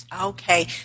Okay